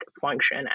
function